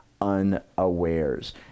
unawares